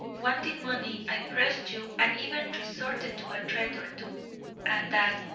wanting money, i pressed you and even resorted to a threat or two and that,